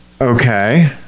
okay